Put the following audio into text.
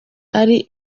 ari